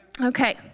Okay